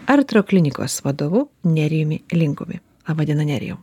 artroklinikos vadovu nerijumi linkumi laba diena nerijau